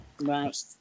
Right